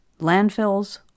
landfills